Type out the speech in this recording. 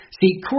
See